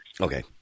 Okay